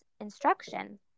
instruction